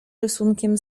rysunkiem